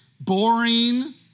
boring